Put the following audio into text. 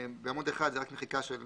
בעמוד 1 זה רק מחיקה של